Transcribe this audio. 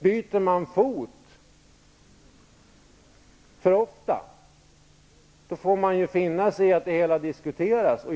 Byter man fot för ofta får man finna sig i att det hela diskuteras.